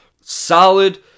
solid